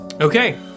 Okay